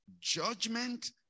judgment